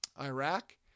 Iraq